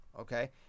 okay